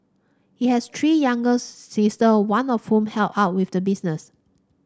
he has three younger sister one of whom help out with the business